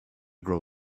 grow